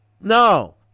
No